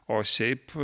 o šiaip